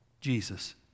Jesus